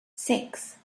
six